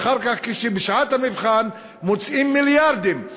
ואחר כך בשעת המבחן להוציא מיליארדים,